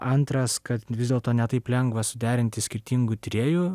antras kad vis dėlto ne taip lengva suderinti skirtingų tyrėjų